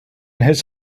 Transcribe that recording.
his